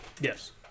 Yes